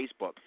Facebook